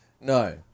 No